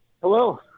Hello